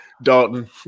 Dalton